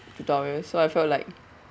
tutorials so I felt like